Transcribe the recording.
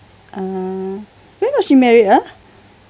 ah when was she married ah